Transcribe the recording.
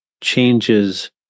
changes